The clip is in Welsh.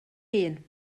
hun